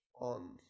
on